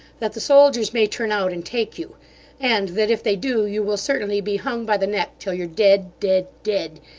that the soldiers may turn out and take you and that if they do, you will certainly be hung by the neck till you're dead dead dead.